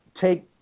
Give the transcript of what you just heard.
take